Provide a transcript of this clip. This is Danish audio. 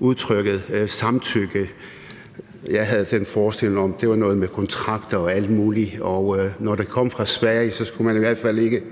udtrykket samtykke. Jeg havde den forestilling, at det havde noget med kontrakter og alt muligt andet at gøre, og at når det kom fra Sverige, skulle man i hvert fald ikke